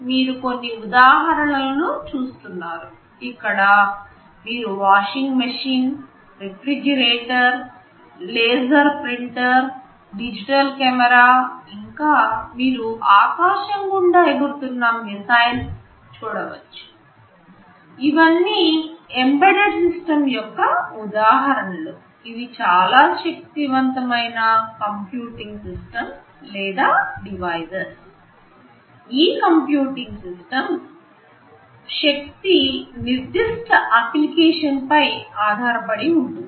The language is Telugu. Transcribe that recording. మీరు ఈ ఉదాహరణ లను చూడండి ఇక్కడ మీరు washing machine refrigerator laser printer digital camera automobile ఇంకా మీరు ఆకాశం గుండా ఎగురుతున్న మిస్సైల్ ని చూడవచ్చు ఇవన్నీఎంబెడెడ్ సిస్టమ్స్ యొక్క ఉదాహరణలు ఇవి చాలా శక్తివంతమైన కంప్యూటింగ్ సిస్టమ్స్ లేదా డివైసెస్ ఈ కంప్యూటింగ్ సిస్టమ్స్ సామర్థ్యం నిర్దిష్ట అప్లికేషన్ పై ఆధారపడి ఉంటుంది